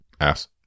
ass